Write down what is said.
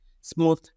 smooth